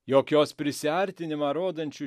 jog jos prisiartinimą rodančių